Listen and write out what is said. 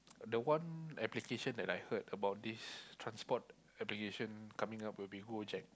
the one application that I heard about this transport application coming up will be Gojek